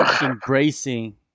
embracing